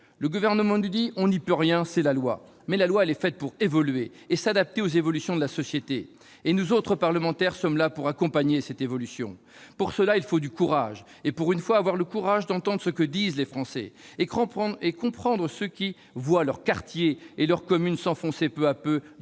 Le Gouvernement nous dit :« On n'y peut rien, c'est la loi. » Mais la loi est faite pour évoluer ! Elle est faite pour s'adapter aux changements de la société, et nous autres parlementaires sommes là pour accompagner cette évolution ! Pour cela, il faut du courage. Il faut, pour une fois, avoir le courage d'entendre ce que disent les Français et comprendre ceux qui voient leur quartier et leur commune s'enfoncer peu à peu